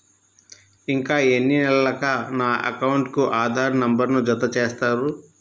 ఇంకా ఎన్ని నెలలక నా అకౌంట్కు ఆధార్ నంబర్ను జత చేస్తారు?